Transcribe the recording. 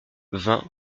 vingt